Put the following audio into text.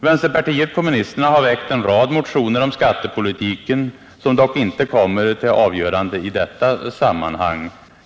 Vänsterpartiet kommunisterna har väckt en rad motioner om skattepolitiken, som inte kommer till avgörande i detta sammanhang.